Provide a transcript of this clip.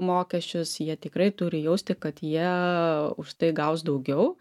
mokesčius jie tikrai turi jausti kad jie už tai gaus daugiau